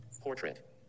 portrait